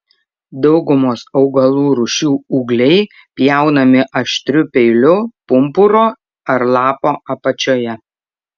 daugumos augalų rūšių ūgliai pjaunami aštriu peiliu pumpuro ar lapo apačioje